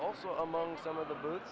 also among some of the boo